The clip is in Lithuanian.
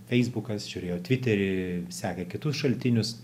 feisbukas žiūrėjo tviterį sekė kitus šaltinius